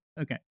Okay